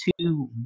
Two